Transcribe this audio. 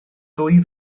ddwy